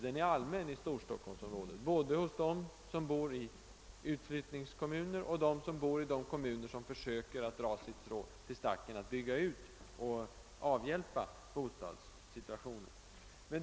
Den är allmän i Storstockholmsområdet, både hos dem som bor i utflyttningskommuner och hos dem som bor i de kommuner som försöker dra sitt strå till stacken, genom att bygga ut för att avhjälpa bostadsbristen.